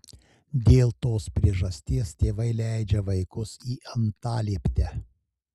dėl tos priežasties tėvai leidžia vaikus į antalieptę